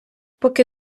поки